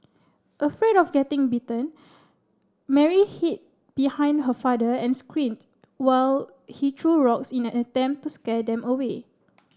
afraid of getting bitten Mary hid behind her father and screamed while he threw rocks in an attempt to scare them away